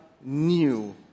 new